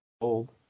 old